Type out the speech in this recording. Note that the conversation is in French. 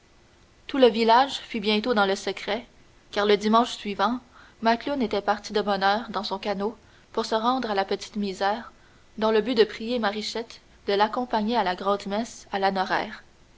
tout le village fut bientôt dans le secret car le dimanche suivant macloune était parti de bonne heure dans son canot pour se rendre à la petite misère dans le but de prier marichette de l'accompagner à la grand'messe à